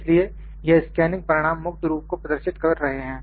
इसलिए यह स्कैनिंग परिणाम मुक्त रूप को प्रदर्शित कर रहे हैं